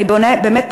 אני בזה מסיימת.